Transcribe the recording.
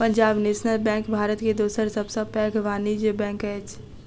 Punjab National Bank Bharat के दोसर सब सॅ पैघ वाणिज्य बैंक अछि